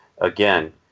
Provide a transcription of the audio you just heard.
again